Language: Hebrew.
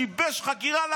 שיבש חקירה.